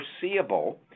foreseeable